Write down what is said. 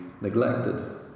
neglected